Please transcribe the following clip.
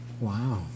Wow